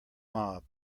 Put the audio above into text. mob